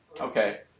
Okay